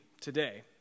today